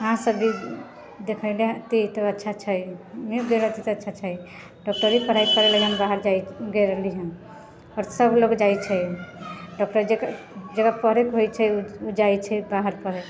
अहाँसब भी देखेलै अएती तऽ अच्छा छै गेल अएती तऽ अच्छा छै डॉक्टरी पढ़ाइ लेकिन बाहर गेल रहली हइ आओर सब लोग जाइ छै डॉक्टर जकरा जकरा पढ़ैके होइ छै ओ जाइ छै बाहर पढ़ै